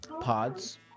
Pods